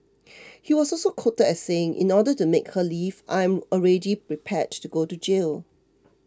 he was also quoted as saying in order to make her leave I am already prepared to go to jail